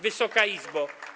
Wysoka Izbo!